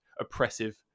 oppressive